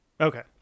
Okay